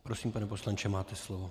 Prosím, pane poslanče, máte slovo.